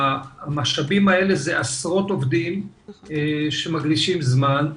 המשאבים האלה זה עשרות עובדים שמקדישים זמן,